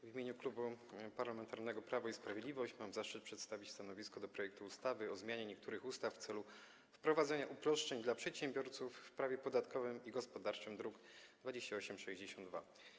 W imieniu Klubu Parlamentarnego Prawo i Sprawiedliwość mam zaszczyt przedstawić stanowisko wobec projektu ustawy o zmianie niektórych ustaw w celu wprowadzenia uproszczeń dla przedsiębiorców w prawie podatkowym i gospodarczym, druk nr 2862.